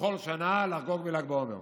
בכל שנה לחגוג בל"ג בעומר?